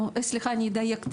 אדייק.